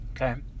Okay